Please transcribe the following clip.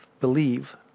believe